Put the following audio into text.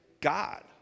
God